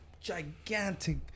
Gigantic